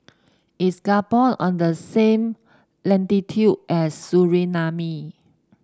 is Gabon on the same latitude as Suriname